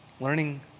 Learning